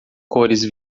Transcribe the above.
cores